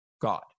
God